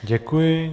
Děkuji.